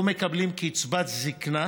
לא מקבלים קצבת זקנה